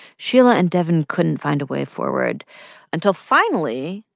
sheila and devyn couldn't find a way forward until, finally,